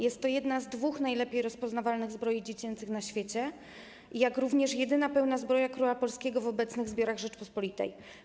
Jest to jedna z dwóch najlepiej rozpoznawalnych zbroi dziecięcych na świecie, jak również jedyna pełna zbroja króla polskiego w obecnych zbiorach Rzeczpospolitej.